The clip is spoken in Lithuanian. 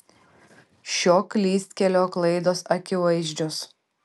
šio klystkelio klaidos akivaizdžios